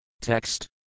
Text